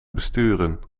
besturen